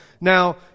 Now